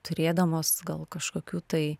turėdamos gal kažkokių tai